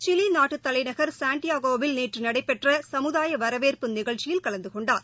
Chile நாட்டுத் தலைநகர் சாண்டியாகோவில் நேற்று நடைபெற்ற சமுதாய வரவேற்பு நிகழ்ச்சியில் கலந்து கொண்டார்